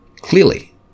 Clearly